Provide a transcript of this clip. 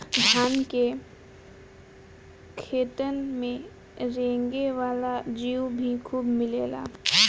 धान के खेतन में रेंगे वाला जीउ भी खूब मिलेलन